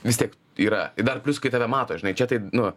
vis tiek yra dar plius kai tave mato žinai čia tai nu